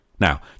Now